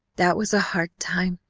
that was a hard time,